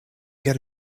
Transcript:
get